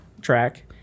track